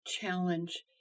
challenge